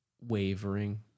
wavering